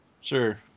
Sure